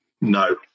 No